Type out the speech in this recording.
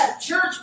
Church